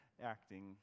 acting